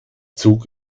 zug